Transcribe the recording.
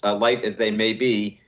ah light as they may be.